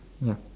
ya